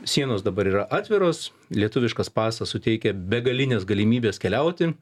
sienos dabar yra atviros lietuviškas pasas suteikia begalines galimybes keliauti